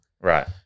Right